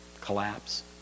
Collapse